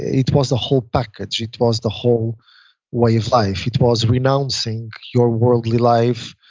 it was the whole package. it was the whole way of life. it was renouncing your worldly life.